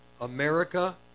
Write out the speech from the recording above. America